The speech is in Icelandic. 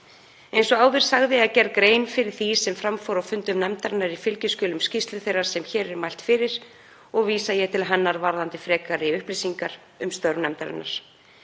Eins og áður sagði er gerð grein fyrir því sem fram fór á fundum nefndarinnar í fylgiskjölum skýrslu þeirrar sem hér er mælt fyrir og vísa ég til hennar varðandi frekari upplýsingar um störf nefndarinnar.